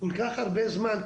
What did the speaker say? כל כך הרבה זמן,